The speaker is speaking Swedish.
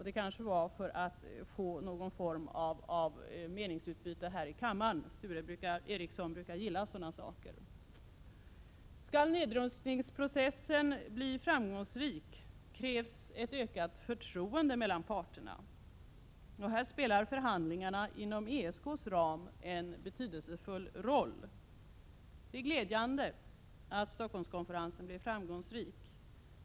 Det kanske var för att få ett meningsutbyte här i kammaren — han brukar gilla sådant. Skall nedrustningsprocessen bli framgångsrik krävs ett ökat förtroende mellan parterna. Här spelar förhandlingarna inom ESK:s ram en betydelsefull roll. Det är glädjande att Stockholmskonferensen blev framgångsrik.